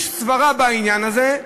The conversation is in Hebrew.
יש סברה בעניין הזה,